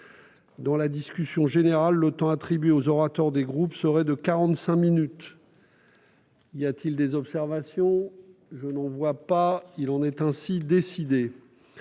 Dans la discussion générale, le temps attribué aux orateurs des groupes serait de quarante-cinq minutes. Y a-t-il des observations ?... Il en est ainsi décidé.